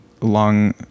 long